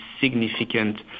significant